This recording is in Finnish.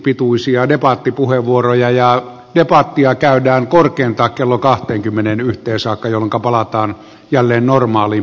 erittäin tärkeä hanke ja toivon että oppositio myöskin tukee sitä raivokkaasti